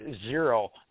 zero